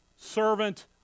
Servant